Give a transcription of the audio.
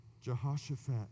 Jehoshaphat